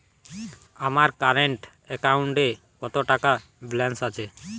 আমার কারেন্ট অ্যাকাউন্টে কত টাকা ব্যালেন্স আছে?